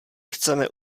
chceme